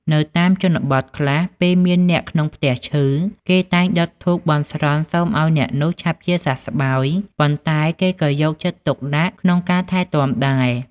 នៅតាមជនបទខ្លះ ពេលមានអ្នកក្នុងផ្ទះឈឺ គេតែងដុតធូបបន់ស្រន់សូមឱ្យអ្នកនោះឆាប់ជាសះស្បើយ ប៉ុន្តែគេក៏យកចិត្តទុកដាក់ក្នុងការថែទាំដែរ។